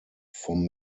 from